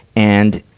and,